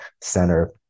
center